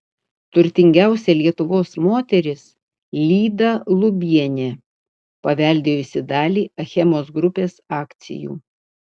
turtingiausia lietuvos moteris lyda lubienė paveldėjusi dalį achemos grupės akcijų